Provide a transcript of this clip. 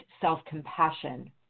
self-compassion